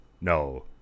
No